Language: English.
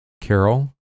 Carol